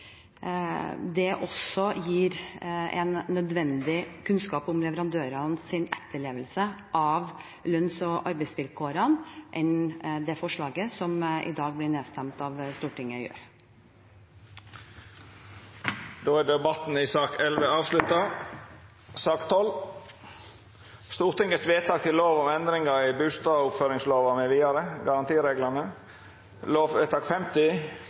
det også gir nødvendig kunnskap om leverandørenes etterlevelse av lønns- og arbeidsvilkårene, mer enn det som forslaget som i dag blir nedstemt av Stortinget, gjør. Fleire har ikkje bedt om ordet til sak nr. 11. Ingen har bedt om ordet. Under debatten er det sett fram i